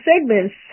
segments